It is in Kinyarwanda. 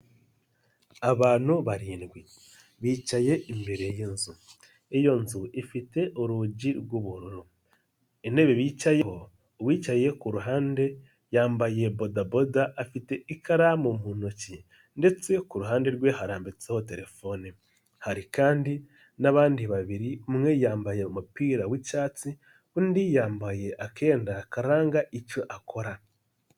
Abantu barindwi bicaye imbere yzu, iyo nzu ifite urugi rw'ubururu, intebe bicayeho uwicaye ku ruhande yambaye bodaboda afite ikaramu mu ntoki ndetse kuhande rwe harambitseho terefone, hari kandi n'abandi babiri, umwe yambaye umupira w'icyatsi, undi yambaye akenda karanga icyo akora.